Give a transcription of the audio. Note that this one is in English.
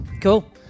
Cool